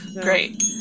great